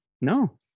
No